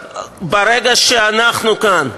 כי ברגע שאנחנו כאן,